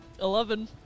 Eleven